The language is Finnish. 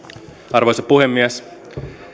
arvoisa puhemies